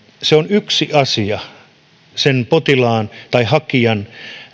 se on yksi asia ja potilaan tai hakijan